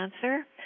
Cancer